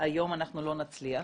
היום אנחנו לא נצליח,